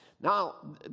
Now